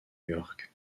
york